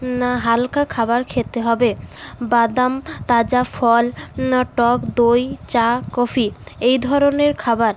না হালকা খাবার খেতে হবে বাদাম তাজা ফল না টক দই চা কফি এই ধরনের খাবার